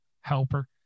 helper